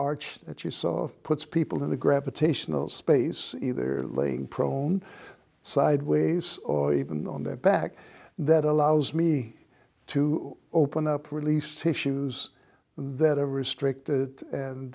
arch that you saw puts people in a gravitational space either laying prone sideways or even on their back that allows me to open up release tissues that ever strict and